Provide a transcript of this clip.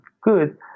good